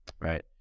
Right